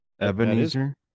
Ebenezer